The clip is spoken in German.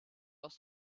aus